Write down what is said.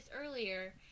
earlier